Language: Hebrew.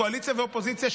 קואליציה ואופוזיציה,